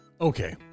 Okay